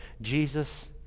Jesus